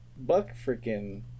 buck-freaking